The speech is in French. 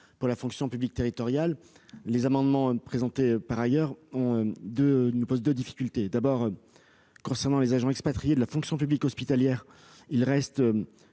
pour la fonction publique territoriale. Les autres amendements présentés posent deux difficultés. Tout d'abord, concernant les agents expatriés de la fonction publique hospitalière, ils restent